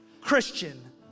Christian